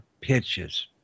pitches